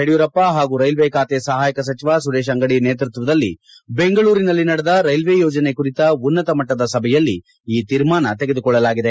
ಯಡಿಯೂರಪ್ಪ ಹಾಗೂ ರೈಲ್ವೇ ಖಾತೆ ಸಹಾಯಕ ಸಚಿವ ಸುರೇಶ್ ಅಂಗಡಿ ನೇತೃತ್ವದಲ್ಲಿ ಬೆಂಗಳೂರಿನಲ್ಲಿ ನಡೆದ ರೈಲ್ವೇ ಯೋಜನೆ ಕುರಿತ ಉನ್ನತ ಮಟ್ಟದ ಸಭೆಯಲ್ಲಿ ಈ ತೀರ್ಮಾನ ತೆಗೆದುಕೊಳ್ಳಲಾಗಿದೆ